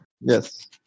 Yes